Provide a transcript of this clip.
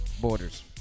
borders